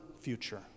future